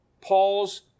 Paul's